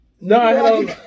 No